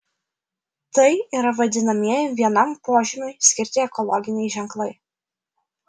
tai yra vadinamieji vienam požymiui skirti ekologiniai ženklai